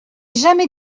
jamais